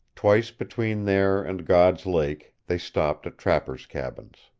twice between there and god's lake they stopped at trappers' cabins.